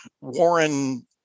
Warren